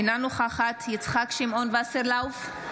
אינה נוכחת יצחק שמעון וסרלאוף,